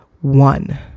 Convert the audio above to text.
one